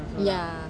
ya